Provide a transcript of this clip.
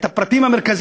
את הפרטים המרכזיים,